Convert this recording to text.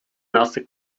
nasse